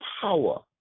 power